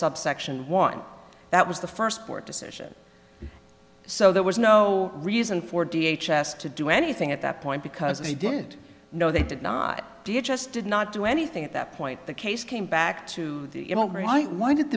subsection one that was the first court decision so there was no reason for d h asked to do anything at that point because they didn't know they did not do you just did not do anything at that point the case came back to the all right why did